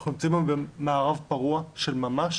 אנחנו נמצאים היום במערב פרוע של ממש